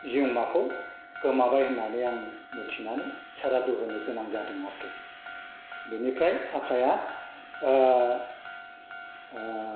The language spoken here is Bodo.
जिउमाखौ गोमाबाय होननानै आं मिन्थिनानै सारादु होनो गोनां जादों आरोखि बेनिफ्राय आफाया